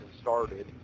started